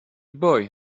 boy